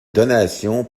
donation